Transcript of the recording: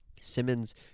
Simmons